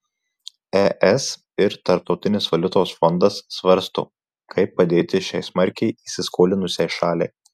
es ir tarptautinis valiutos fondas svarsto kaip padėti šiai smarkiai įsiskolinusiai šaliai